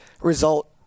result